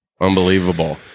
Unbelievable